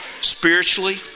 spiritually